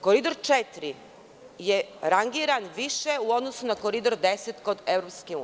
Koridor 4 je rangiran više u odnosu na Koridor 10 kod EU.